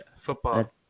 football